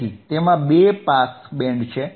તેથી તેમાં બે પાસ બેન્ડ છે